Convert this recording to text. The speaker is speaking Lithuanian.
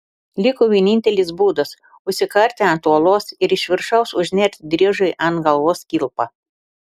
liko vienintelis būdas užsikarti ant uolos ir iš viršaus užnerti driežui ant galvos kilpą